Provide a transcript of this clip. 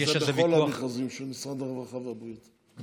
זה בכל המכרזים של משרד הרווחה והבריאות,